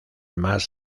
más